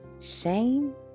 shame